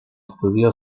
estudió